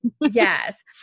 yes